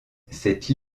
cette